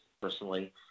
personally